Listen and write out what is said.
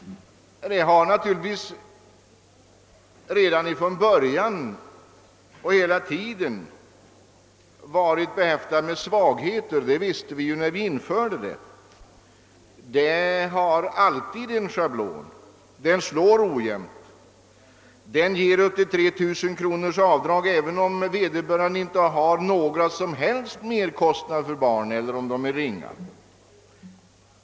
Det har naturligtvis hela tiden varit behäftat med svagheter. Detta visste vi när vi införde det, ty så är det alltid med en schablon: den slår ojämnt. Den ger upp till 3 000 kronors avdrag även om vederbörande inte har några som helst merkostnader för barn eller om de är ringa.